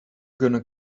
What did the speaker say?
gonna